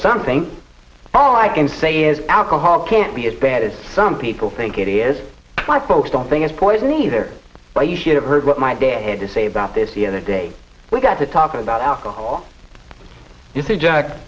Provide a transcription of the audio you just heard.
something all i can say is alcohol can't be as bad as some people think it is my folks don't think it's poison either but you should have heard what my dad had to say about this the other day we got to talking about alcohol you see jack